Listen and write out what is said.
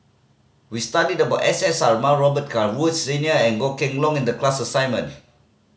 we studied about S S Sarma Robet Carr Woods Senior and Goh Kheng Long in the class assignment